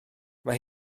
mae